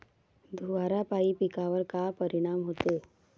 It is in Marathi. धुवारापाई पिकावर का परीनाम होते?